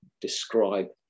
describe